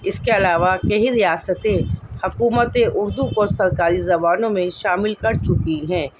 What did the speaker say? اس کے علاوہ کئی ریاستیں حکومتیں اردو کو سرکاری زبانوں میں شامل کر چکی ہیں